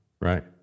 Right